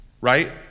right